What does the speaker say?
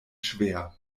schwer